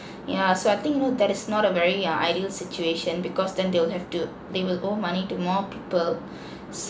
yeah so I think would that is not a very err ideal situation because then they'll have to they will owe money to more people